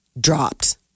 dropped